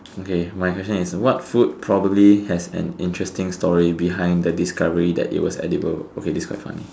okay my question is what food probably has an interesting story behind the discovery that it was edible okay this is quite funny